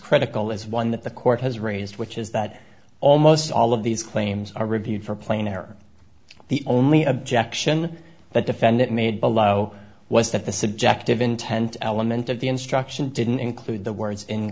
critical is one that the court has raised which is that almost all of these claims are reviewed for plain error the only objection the defendant made below was that the subjective intent element of the instruction didn't include the words in